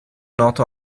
noto